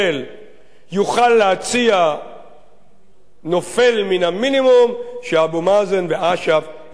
יוכל להציע נופל מן המינימום שאבו מאזן ואש"ף יכולים לקבל.